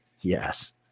yes